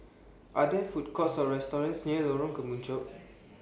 Are There Food Courts Or restaurants near Lorong Kemunchup